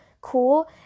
cool